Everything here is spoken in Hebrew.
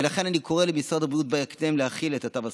ולכן אני קורא למשרד הבריאות בהקדם להחיל את התו הסגול.